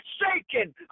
shaking